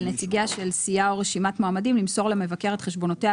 על נציגיה של סיעה או רשימת מועמדים למסור למבקר את חשבונותיה